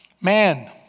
Man